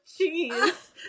cheese